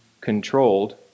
controlled